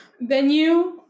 venue